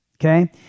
okay